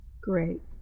Great